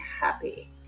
happy